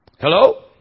Hello